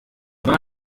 war